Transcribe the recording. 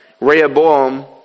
Rehoboam